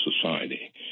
society